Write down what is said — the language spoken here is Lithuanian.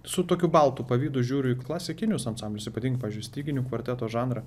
su tokiu baltu pavydu žiūriu į klasikinius ansamblius įpating pavyzdžiui į styginių kvarteto žanrą